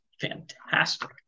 fantastic